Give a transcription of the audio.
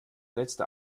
letzte